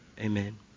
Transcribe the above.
Amen